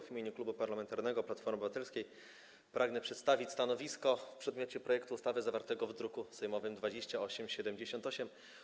W imieniu Klubu Parlamentarnego Platforma Obywatelska pragnę przedstawić stanowisko w przedmiocie projektu ustawy zawartego w druku sejmowym nr 2878.